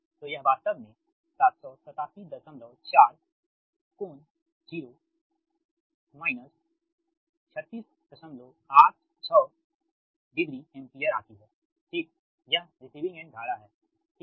तो यह वास्तव में 7874∟ 36860 एम्पीयर आती है ठीक यह रिसीविंग एंड धारा है ठीक है